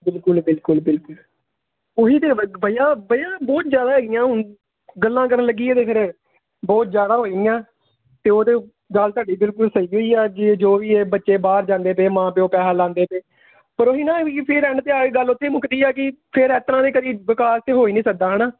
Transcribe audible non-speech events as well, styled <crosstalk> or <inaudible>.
ਬਿਲਕੁਲ ਬਿਲਕੁਲ ਬਿਲਕੁਲ ਉਹੀ ਤਾਂ ਹੈਗਾ ਬਈਆ ਬਈਆ ਬਹੁਤ ਜ਼ਿਆਦਾ ਹੈਗੀਆਂ ਹੁਣ ਗੱਲਾਂ ਕਰਨ ਲੱਗੀਏ ਤਾਂ ਫਿਰ ਬਹੁਤ ਜ਼ਿਆਦਾ ਹੋ ਜਾਣੀਆਂ ਅਤੇ ਉਹ ਤਾਂ ਗੱਲ ਤੁਹਾਡੀ ਬਿਲਕੁਲ ਸਹੀ <unintelligible> ਕਿ ਜੋ ਵੀ ਇਹ ਬੱਚੇ ਬਾਹਰ ਜਾਂਦੇ ਪਏ ਮਾਂ ਪਿਓ ਪੈਸਾ ਲਾਉਂਦੇ ਪਏ ਪਰ ਉਹੀ ਨਾ ਫਿਰ ਐਂਡ 'ਤੇ ਆ ਕੇ ਗੱਲ ਉੱਥੇ ਹੀ ਮੁੱਕਦੀ ਹੈ ਕਿ ਫਿਰ ਇਸ ਤਰ੍ਹਾਂ ਤਾਂ ਕਦੀ ਵਿਕਾਸ ਤਾਂ ਹੋ ਹੀ ਨਹੀਂ ਸਕਦਾ ਹੈ ਨਾ